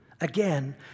again